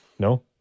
No